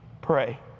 Pray